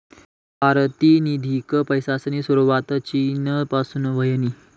पारतिनिधिक पैसासनी सुरवात चीन पासून व्हयनी